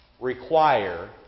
require